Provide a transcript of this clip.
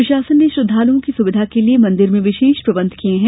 प्रशासन ने श्रद्वालुओं की सुविधा के लिए मंदिर में विशेष प्रबंध किए है